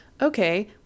Okay